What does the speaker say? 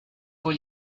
con